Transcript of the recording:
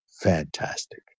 fantastic